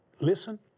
listen